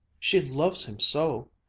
she loves him so!